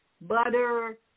butter